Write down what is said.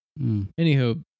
Anywho